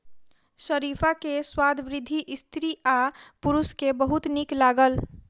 शरीफा के स्वाद वृद्ध स्त्री आ पुरुष के बहुत नीक लागल